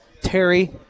Terry